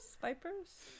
Vipers